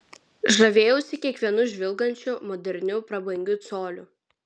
žavėjausi kiekvienu žvilgančiu moderniu prabangiu coliu